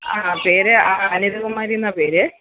ആ പേര് അനിതകുമാരീന്നാ പേര്